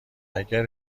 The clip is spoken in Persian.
اگه